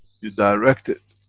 you direct it,